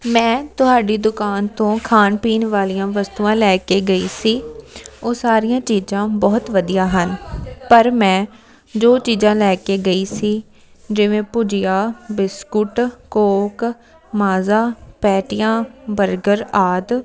ਮੈਂ ਤੁਹਾਡੀ ਦੁਕਾਨ ਤੋਂ ਖਾਣ ਪੀਣ ਵਾਲੀਆਂ ਵਸਤੂਆਂ ਲੈ ਕੇ ਗਈ ਸੀ ਉਹ ਸਾਰੀਆਂ ਚੀਜ਼ਾਂ ਬਹੁਤ ਵਧੀਆ ਹਨ ਪਰ ਮੈਂ ਜੋ ਚੀਜ਼ਾਂ ਲੈ ਕੇ ਗਈ ਸੀ ਜਿਵੇਂ ਭੁਜੀਆ ਬਿਸਕੁਟ ਕੋਕ ਮਾਜ਼ਾ ਪੈਟੀਆਂ ਬਰਗਰ ਆਦਿ